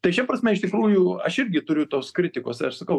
tai šia prasme iš tikrųjų aš irgi turiu tos kritikos tai aš sakau